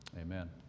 Amen